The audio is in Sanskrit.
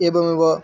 एवमेव